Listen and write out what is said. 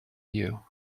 you